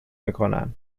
میکنن